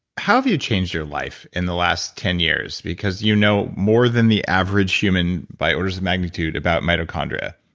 have you changed your life in the last ten years because you know more than the average human, by orders of magnitude, about mitochondria?